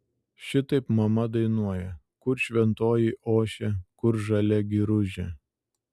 šitaip mama dainuoja kur šventoji ošia kur žalia giružė